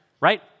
right